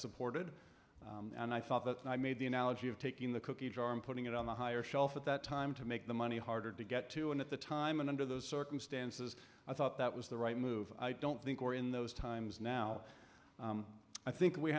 supported and i thought that i made the analogy of taking the cookie jar and putting it on the higher shelf at that time to make the money harder to get to and at the time and under those circumstances i thought that was the right move i don't think we're in those times now i think we